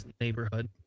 neighborhood